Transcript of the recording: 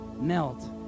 melt